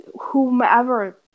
whomever